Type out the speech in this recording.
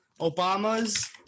obama's